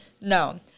No